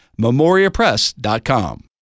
memoriapress.com